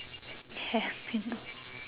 happily